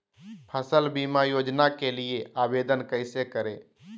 फसल बीमा योजना के लिए आवेदन कैसे करें?